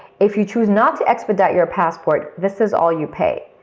if you choose not to expedite your passport this is all you pay.